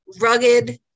rugged